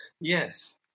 Yes